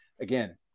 again